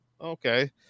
okay